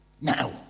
Now